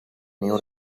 new